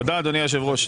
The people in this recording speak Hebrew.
תודה, אדוני היושב ראש.